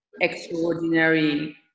extraordinary